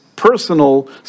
personal